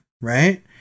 right